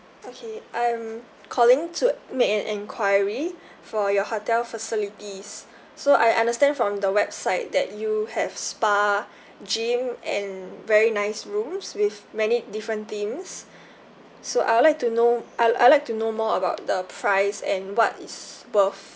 okay I'm calling to make an enquiry for your hotel facilities so I understand from the website that you have spa gym and very nice rooms with many different themes so I'd like to know I'd I'd like to know more about the price and what is worth